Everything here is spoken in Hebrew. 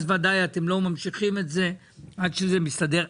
אז ודאי אתם לא ממשיכים את זה עד שזה מסתדר.